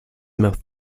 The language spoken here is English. mouth